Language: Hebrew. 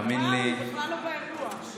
הוא בכלל לא באירוע.